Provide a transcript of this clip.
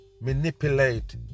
manipulate